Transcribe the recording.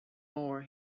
more